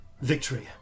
Victory